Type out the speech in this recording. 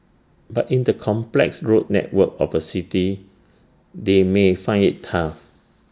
but in the complex road network of A city they may find IT tough